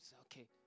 okay